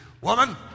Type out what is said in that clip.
Woman